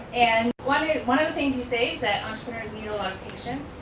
and one one of the things we say is that entreprenaurs need a lot patience.